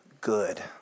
good